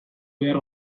behar